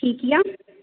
ठीक अइ